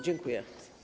Dziękuję.